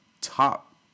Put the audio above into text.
top